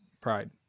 pride